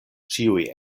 ĉiuj